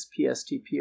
PSTP